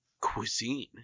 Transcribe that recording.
cuisine